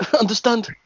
understand